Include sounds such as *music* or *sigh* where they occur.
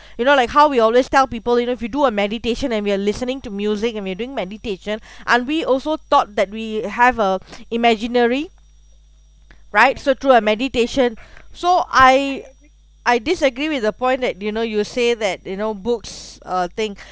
you know like how we always tell people you know if you do a meditation and we are listening to music and we are doing meditation aren't we also taught that we have a *noise* imaginary right so through a meditation so I I disagree with the point that you know you say that you know books uh thing